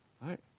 right